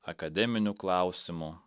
akademinių klausimų